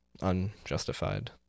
unjustified